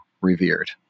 revered